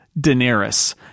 Daenerys